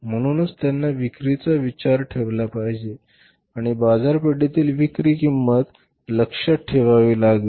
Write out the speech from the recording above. म्हणूनच त्यांना विक्रीचा विचार ठेवला पाहिजे आणि बाजारपेठेतील विक्री किंमत लक्षात ठेवावी लागेल